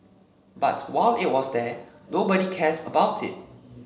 but while it was there nobody cares about it